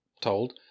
told